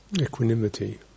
Equanimity